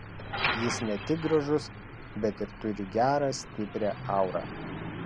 jis ne tik gražus bet ir turi gerą stiprią aurą